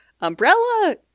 umbrella